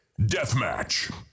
Deathmatch